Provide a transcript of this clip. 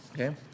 okay